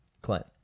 Clint